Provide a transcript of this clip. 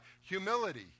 Humility